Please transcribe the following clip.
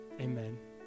Amen